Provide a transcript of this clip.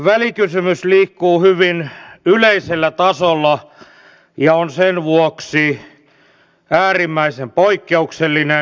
välikysymys liikkuu hyvin yleisellä tasolla ja on sen vuoksi äärimmäisen poikkeuksellinen